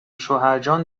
شوهرجان